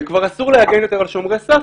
כבר אסור להגן יותר על שומרי סף,